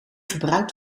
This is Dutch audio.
gebruikt